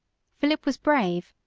philip was brave,